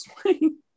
swing